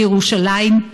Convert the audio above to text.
בירושלים,